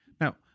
now